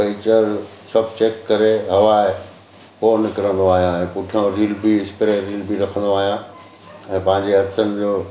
puncture सभु check करे हवा आहे पोइ निकिरंदो आहियां ऐं पुठियां वील बि स्पेअर वील बि रखंदो आहियां ऐं पंहिंजे हथनि जो